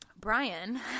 Brian